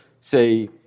say